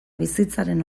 bizitzaren